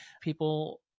people